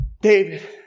David